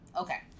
Okay